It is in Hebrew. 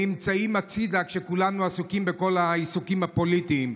נמצאים בצד כשכולנו עסוקים בכל העיסוקים הפוליטיים.